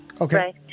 Okay